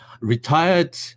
retired